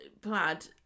plaid